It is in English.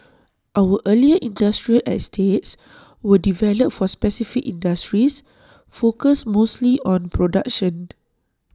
our earlier industrial estates were developed for specific industries focused mostly on production